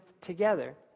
together